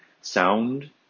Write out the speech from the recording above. sound